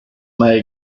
may